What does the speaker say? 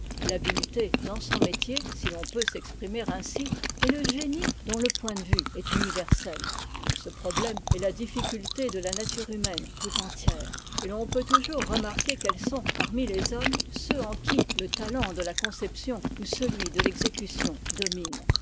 l'habileté dans son métier si l'on peut s'exprimer ainsi et le génie dont le point de vue est universel ce problème est la difficulté de la nature humaine tout entière et l'on peut toujours remarquer quels sont parmi les hommes ceux en qui le talent de la conception ou celui de l'exécution domine